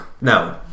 No